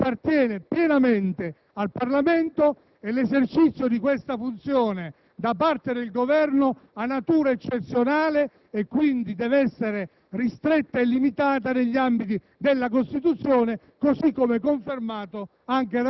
la funzione legislativa appartiene pienamente al Parlamento e il suo esercizio da parte del Governo ha natura eccezionale e quindi deve essere ristretto e limitato negli ambiti della Costituzione,